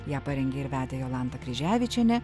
ją parengė ir vedė jolanta kryževičienė